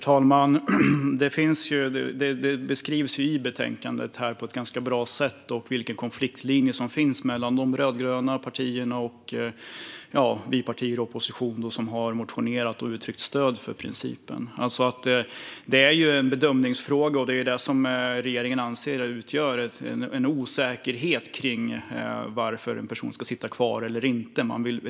Herr talman! Det beskrivs i betänkandet på ett ganska bra sätt vilken konfliktlinje som finns mellan de rödgröna partierna och oss i opposition som har motionerat och uttryckt stöd för principen. Det är ju en bedömningsfråga, och det är detta som regeringen anser utgör en osäkerhet kring varför en person ska sitta kvar eller inte.